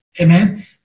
Amen